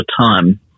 time